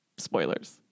Spoilers